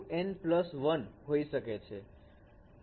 તે 2N 1 હોઈ શકે છે